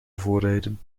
voorrijden